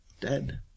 dead